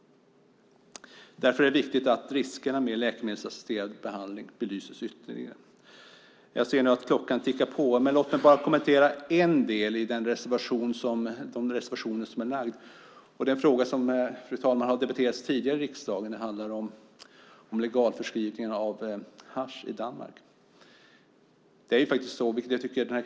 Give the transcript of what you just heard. Det är viktigt att riskerna med läkemedelsassisterad behandling belyses ytterligare. Jag ser att klockan tickar på, men låt mig kommentera en fråga som tas upp i reservationerna. Den har debatterats tidigare i riksdagen, fru talman, och handlar om legalförskrivningen av hasch i Danmark.